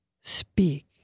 speak